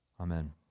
Amen